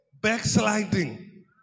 backsliding